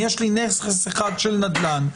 יש לי נכס אחד של נדל"ן,